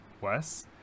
wes